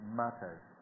matters